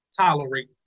tolerate